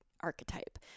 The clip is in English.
archetype